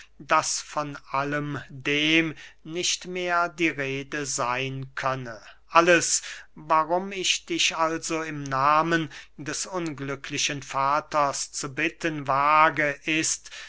daß von allem dem nicht mehr die rede seyn könne alles warum ich dich also im nahmen des unglücklichen vaters zu bitten wage ist